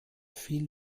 viel